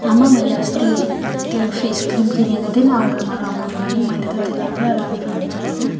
आमा मैले अस्ति त्यो फेस क्रिम किनेको थिएँ नि अनुहारमा लगाउन लागि मैले त त्यसलाई पुरा राम्रो हुन्छ होइन